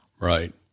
right